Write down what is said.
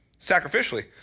Sacrificially